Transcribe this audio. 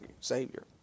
Savior